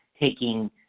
taking